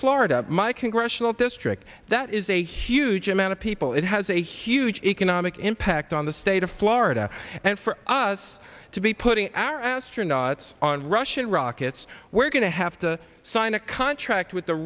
florida my congressional district that is a huge amount of people it has a huge economic impact on the state of florida and for us to be putting our astronauts on russian rockets we're going to have to sign a contract with the